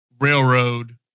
railroad